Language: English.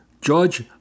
Judge